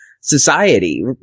society